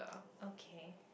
okay